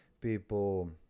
people